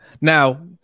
now